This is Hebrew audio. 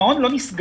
המעון לא נסגר.